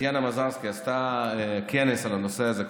טטיאנה מזרסקי עשתה כנס על הנושא הזה.